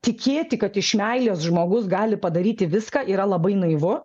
tikėti kad iš meilės žmogus gali padaryti viską yra labai naivu